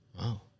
Wow